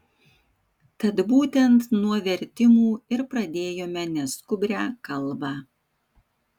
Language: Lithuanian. tad būtent nuo vertimų ir pradėjome neskubrią kalbą